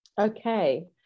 Okay